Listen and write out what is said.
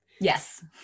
Yes